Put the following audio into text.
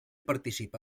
participa